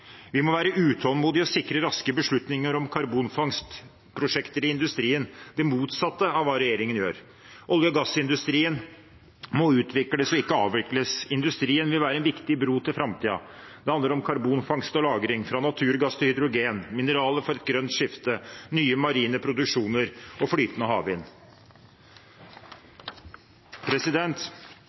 Vi må være utålmodige og sikre raske beslutninger om karbonfangstprosjekter i industrien – det motsatte av hva regjeringen gjør. Olje- og gassindustrien må utvikles, ikke avvikles. Industrien vil være en viktig bro til framtiden. Det handler om karbonfangst og -lagring, fra naturgass til hydrogen, mineraler for et grønt skifte, nye marine produksjoner og flytende havvind.